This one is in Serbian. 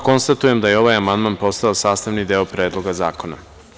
Konstatujem da je ovaj amandman postao sastavi deo Predloga zakona.